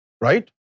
right